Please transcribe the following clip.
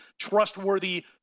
trustworthy